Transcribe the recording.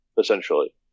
essentially